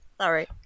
Sorry